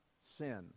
sin